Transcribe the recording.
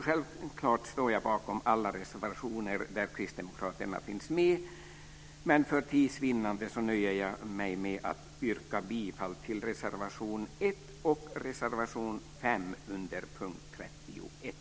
Självfallet står jag bakom alla reservationer där Kristdemokraterna finns med, men för tids vinnande nöjer jag mig med att yrka bifall till reservationerna 1 och 5 under punkt 31.